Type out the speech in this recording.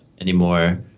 anymore